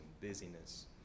busyness